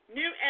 new